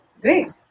great